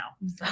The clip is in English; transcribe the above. now